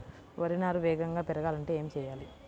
వరి నారు వేగంగా పెరగాలంటే ఏమి చెయ్యాలి?